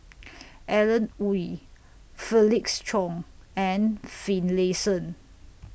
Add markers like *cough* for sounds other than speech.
*noise* Alan Oei Felix Cheong and Finlayson